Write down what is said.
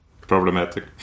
problematic